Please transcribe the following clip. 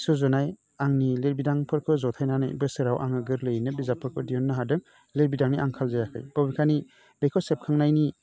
सुजुनाय आंनि लिरबिदांफोरखौ जथायनानै बोसोराव आङो गोरलैयैनो बिजाबफोरखौ दिहुन्नो हादों लिरबिदांनि आंखाल जायाखै बबेखानि बेखौ सेबखांनायनि